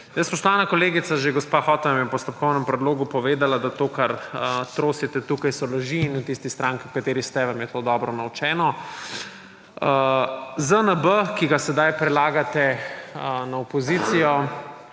Spoštovana kolegica, že gospa Hot vam je v postopkovnem predlogu povedala, da to, kar trosite tukaj, so laži, in v tisti stranki, v kateri ste, vam je to dobro naučeno. ZNB, ki ga sedaj prelagate na opozicijo,